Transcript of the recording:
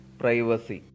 privacy